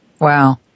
Wow